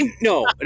no